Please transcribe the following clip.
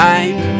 Time